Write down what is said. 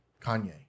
Kanye